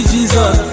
Jesus